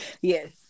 Yes